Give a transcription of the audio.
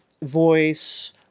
voice